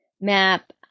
map